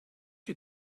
you